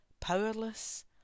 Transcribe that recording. Powerless